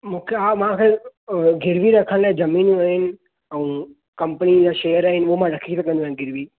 मूंखे हा मूंखे गिरवी रखण लाइ जमीनूं आहिनि ऐं कंपनी जा शेयर आहिनि उहो मां रखी सघंदो आहे गिरवी